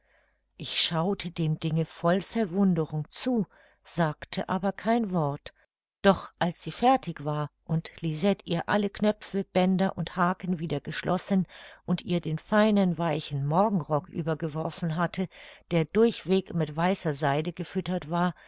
ich schaute dem dinge voll verwunderung zu sagte aber kein wort doch als sie fertig war und lisette ihr alle knöpfe bänder und haken wieder geschlossen und ihr den feinen weichen morgenrock übergeworfen hatte der durchweg mit weißer seide gefüttert war